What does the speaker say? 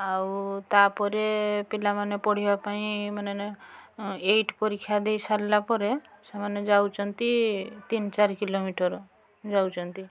ଆଉ ତା ପରେ ପିଲାମାନେ ପଢ଼ିବା ପାଇଁ ମାନେ ଏଇଟ୍ ପରୀକ୍ଷା ଦେଇ ସାରିଲା ପରେ ସେମାନେ ଯାଉଛନ୍ତି ତିନି ଚାରି କିଲୋମିଟର୍ ଯାଉଛନ୍ତି